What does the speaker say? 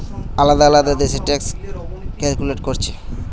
আলদা আলদা দেশ আলদা ট্যাক্স ক্যালকুলেট কোরছে